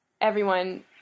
everyone-